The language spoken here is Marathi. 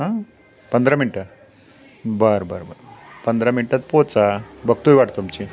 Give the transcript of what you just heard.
हां पंधरा मिनटं बरं बरं बरं पंधरा मिनटात पोचा बघतो आहे वाटत तुमची